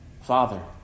Father